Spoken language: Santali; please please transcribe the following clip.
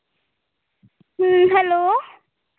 ᱦᱮᱸ ᱦᱮᱞᱳ